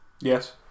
Yes